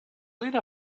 lena